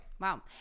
wow